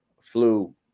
flu